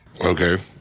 okay